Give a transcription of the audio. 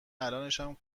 الانشم